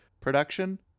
Production